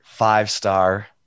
Five-star